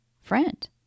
friend